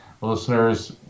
listeners